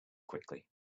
quickly